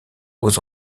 aux